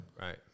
Right